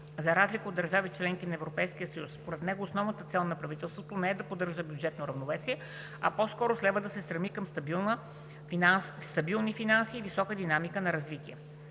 за разлика от държавите – членки в Европейския съюз. Според него основната цел на правителството не е да поддържа бюджетно равновесие, а по-скоро следва да се стреми към стабилни финанси и висока динамика на развитие.